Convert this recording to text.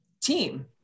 team